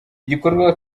gikorwa